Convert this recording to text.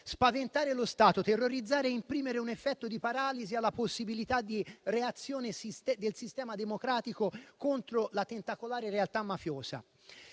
spaventare lo Stato, terrorizzare e imprimere un effetto di paralisi alla possibilità di reazione del sistema democratico contro la tentacolare realtà mafiosa.